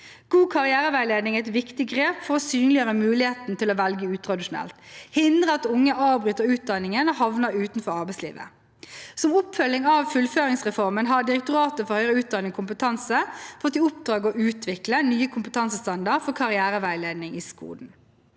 God karriereveiledning er et viktig grep for å synliggjøre muligheten til å velge utradisjonelt og hindre at unge avbryter utdanningen og havner utenfor arbeidslivet. Som oppfølging av fullføringsreformen har Direktoratet for høyere utdanning og kompetanse fått i oppdrag å utvikle nye kompetansestandarder for karriereveiledning i skolen.